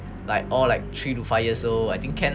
like all like three to five years old I think can